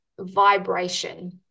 vibration